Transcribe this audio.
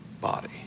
body